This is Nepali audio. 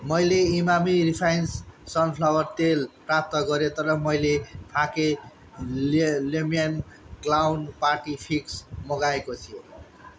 मैले इमामी रिफाइन्स सनफ्लावर तेल प्राप्त गरेँ तर मैले फाकेलम्यान क्लाउन पार्टी पिक्स मगाएको थियो